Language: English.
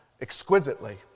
exquisitely